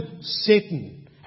Satan